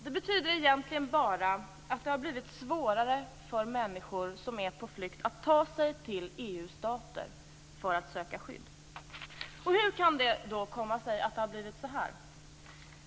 Det betyder egentligen bara att det har blivit svårare för människor som är på flykt att ta sig till EU-stater för att söka skydd. Hur kan det komma sig att det har blivit så här?